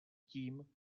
tím